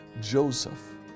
Joseph